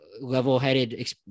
level-headed